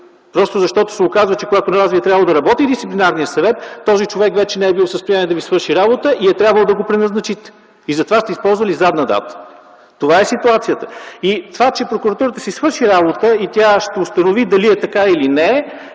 Просто защото се оказва, че когато на Вас Ви е трябвало да работи Дисциплинарният съвет, този човек вече не е бил в състояние да Ви свърши работа и е трябвало да го преназначите. Затова сте използвали задна дата. Това е ситуацията! Прокуратурата ще си свърши работата и ще установи дали е така или не,